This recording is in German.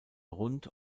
rund